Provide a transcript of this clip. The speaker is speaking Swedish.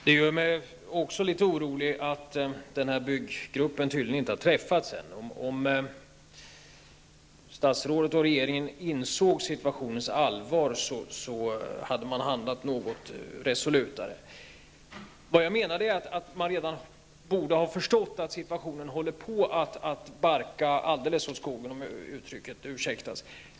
Fru talman! Det gör mig litet orolig att denna byggrupp tydligen inte har träffats än. Om statsrådet och regeringen insåg situationens allvar, hade man handlat något resolutare. Jag menar att man redan borde ha förstått att situationen håller på att barka alldeles åt skogen, om uttrycket ursäktas.